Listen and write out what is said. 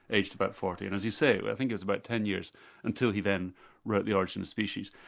aged about forty, and, as you say, i think it was about ten years until he then wrote the origin of species.